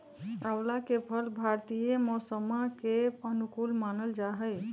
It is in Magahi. आंवला के फल भारतीय मौसम्मा के अनुकूल मानल जाहई